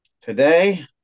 Today